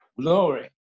glory